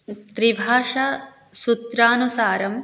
त्रिभाषासूत्रानुसारं